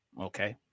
okay